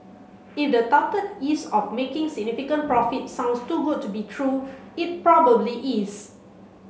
if the touted ease of making significant profits sounds too good to be true it probably is